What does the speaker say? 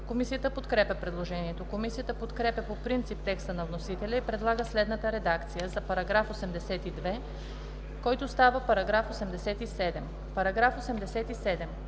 Комисията подкрепя предложението. Комисията подкрепя по принцип текста на вносителя и предлага следната редакция за § 55, който става § 59: „§ 59. Член 176